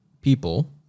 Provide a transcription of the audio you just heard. people